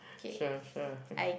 sure sure okay